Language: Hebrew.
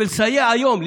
ולסייע היום,